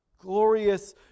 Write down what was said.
Glorious